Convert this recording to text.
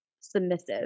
submissive